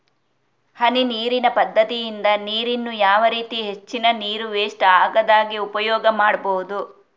ಹನಿ ನೀರಿನ ಪದ್ಧತಿಯಿಂದ ನೀರಿನ್ನು ಯಾವ ರೀತಿ ಹೆಚ್ಚಿನ ನೀರು ವೆಸ್ಟ್ ಆಗದಾಗೆ ಉಪಯೋಗ ಮಾಡ್ಬಹುದು?